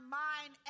mind